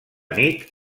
nit